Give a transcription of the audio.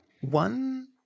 One